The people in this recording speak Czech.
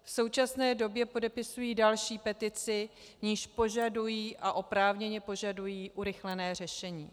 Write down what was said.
V současné době podepisují další petici, v níž požadují, a oprávněně požadují, urychlené řešení.